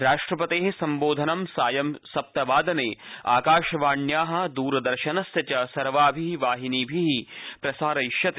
राष्ट्रपते सम्बोधनं सायं सप्तवादने आकाशवाण्या द्रदर्शनस्य च सर्वाभि वाहिभि प्रसारयिष्यते